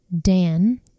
Dan